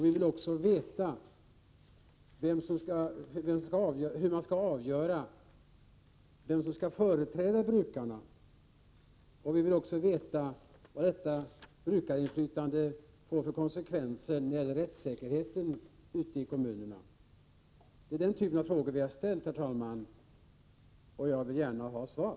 Vi vill också veta hur man skall avgöra vem som skall företräda brukarna. Vi vill även veta vad detta brukarinflytande får för konsekvenser när det gäller rättssäkerheten ute i kommunerna. Det är den typen av frågor som vi har ställt, herr talman, och jag vill gärna ha svar.